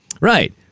right